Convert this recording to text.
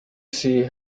see